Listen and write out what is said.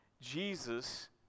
Jesus